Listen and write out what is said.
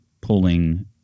pulling